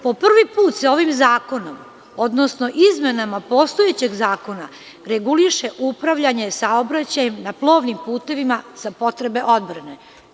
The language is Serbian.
Po prvi put se ovim zakonom, odnosno izmenama postojećeg zakona reguliše upravljanje saobraćajem na plovnim putevima za potrebe odbrane.